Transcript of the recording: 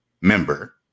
member